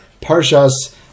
Parsha's